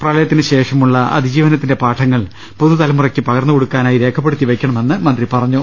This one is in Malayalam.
പ്രളയത്തിനുശേഷമുള്ള അതിജീവനത്തിന്റെ പാഠങ്ങൾ പുതുതലമുറയ്ക്ക് പകർന്നുകൊടുക്കാനായി രേഖപ്പെടുത്തി വയ്ക്കണമെന്ന് മന്ത്രി പറഞ്ഞു